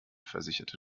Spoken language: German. versicherte